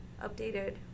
updated